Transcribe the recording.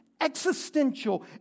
existential